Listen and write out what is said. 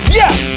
yes